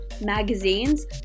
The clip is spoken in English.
magazines